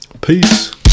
Peace